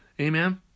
Amen